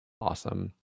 Awesome